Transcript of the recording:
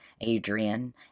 Adrian